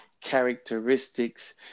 characteristics